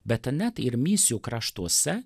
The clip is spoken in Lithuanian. bet net ir misijų kraštuose